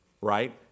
Right